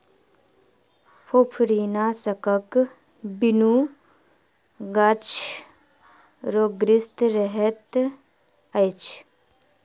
फुफरीनाशकक बिनु गाछ रोगग्रसित रहैत अछि